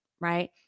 right